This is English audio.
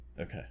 Okay